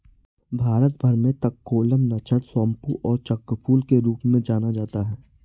भारत भर में तककोलम, नक्षत्र सोमपू और चक्रफूल के रूप में जाना जाता है